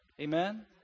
Amen